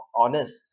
honest